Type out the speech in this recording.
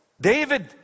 David